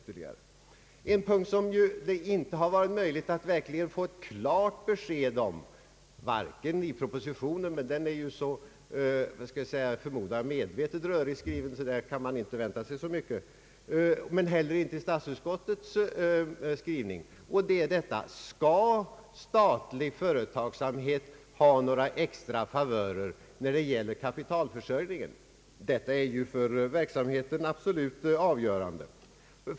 På en fråga — och det är min tredje punkt — har det inte varit möjligt att få ett klart svar, vare sig i propositionen — men den är förmodligen medvetet rörigt skriven, så där kan man inte vänta sig så mycket — eller i statsutskottets skrivning. Frågan är denna: Skall statlig företagsamhet ha några extra favörer när det gäller kapitalförsörjningen? Detta är ju något för verksamheten absolut avgörande.